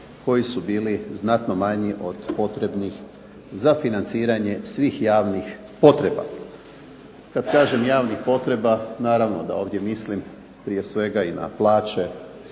koji su bili znatno manji od potrebnih za financiranje svih javnih potreba. Kad kažem javnih potreba naravno da ovdje mislim prije svega i na plaće,